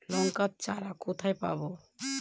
লঙ্কার চারা কোথায় পাবো?